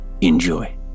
enjoy